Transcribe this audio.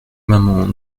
maman